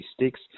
sticks